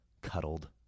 cuddled